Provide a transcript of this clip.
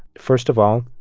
first of all,